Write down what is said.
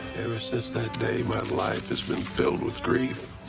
ever since that day, my life has been filled with grief.